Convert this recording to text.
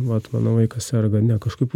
vat mano vaikas serga ane kažkokia